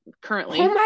currently